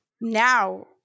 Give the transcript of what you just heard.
now